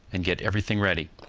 and get every thing ready.